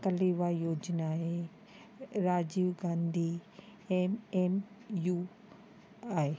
कलीवा योजना आहे Rajiv Gandhi M M U आहे